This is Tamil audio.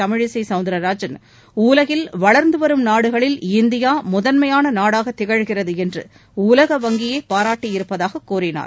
தமிழிசைசவுந்தர்ராஜன் உலகில் வளர்ந்துவரும் நாடுகளில் இந்தியாமுதன்மையானநாடாகதிகழ்கிறதுஎன்றுஉலக வங்கியேபாராட்டியிருப்பதாககூறினார்